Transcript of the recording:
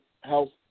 health